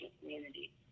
community